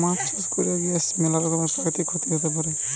মাছ চাষ কইরার গিয়ে ম্যালা রকমের প্রাকৃতিক ক্ষতি হতে পারে